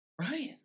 Right